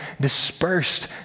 dispersed